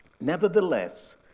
nevertheless